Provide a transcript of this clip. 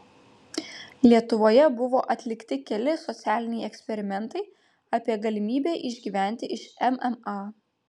lietuvoje buvo atlikti keli socialiniai eksperimentai apie galimybę išgyventi iš mma